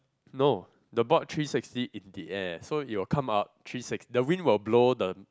no the board three sixty in the air so you will come up three six the wind will blow the